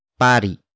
Pari